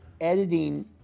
editing